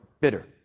bitter